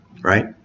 right